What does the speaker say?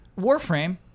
Warframe